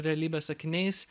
realybe su akiniais